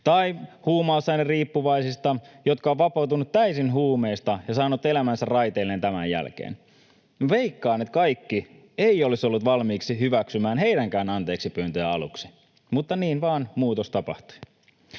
tai huumausaineriippuvaisista, jotka ovat vapautuneet täysin huumeista ja saaneet elämänsä raiteilleen tämän jälkeen. Veikkaan, että kaikki eivät olisi olleet valmiita hyväksymään heidänkään anteeksipyyntöjään aluksi, mutta niin vaan muutos tapahtui.